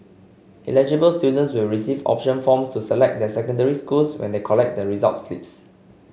eligible students will receive option forms to select their secondary schools when they collect the results slips